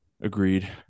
agreed